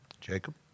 Jacob